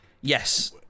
Yes